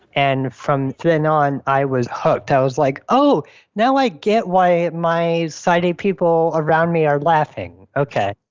and from then on i was hooked. i was like, oh now i get why my sighted people around me are laughing, ok.